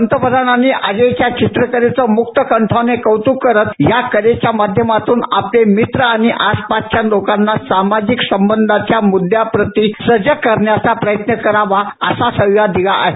पंतप्रधानांनी अजयच्या चित्रकलेचं मुक्तकंठाने कौतुक करत या कलेच्या माध्यमातून आपले मित्र आणि आसपासच्या लोकांना सामाजिक संबंधांच्या मुद्यांप्रती सजग करण्याचा प्रयत्न करावा असा सल्ला दिला आहे